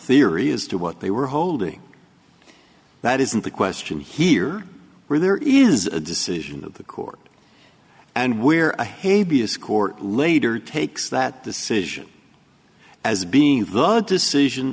theory as to what they were holding that isn't the question here where there is a decision of the court and where the hey be as court later takes that decision as being the a decision